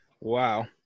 Wow